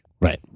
Right